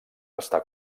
està